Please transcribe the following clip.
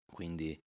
Quindi